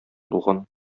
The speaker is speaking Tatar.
булган